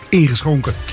ingeschonken